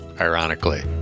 ironically